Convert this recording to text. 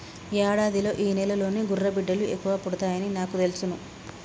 యాడాదిలో ఈ నెలలోనే గుర్రబిడ్డలు ఎక్కువ పుడతాయని నాకు తెలుసును